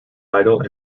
idle